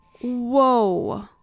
Whoa